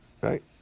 Right